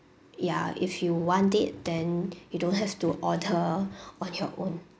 ya if you want it then you don't have to order on your own